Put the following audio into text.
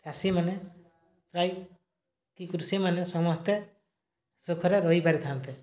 ଚାଷୀମାନେ ପ୍ରାୟ କି କୃଷିମାନେ ସମସ୍ତେ ସୁଖରେ ରହିପାରିଥାନ୍ତେ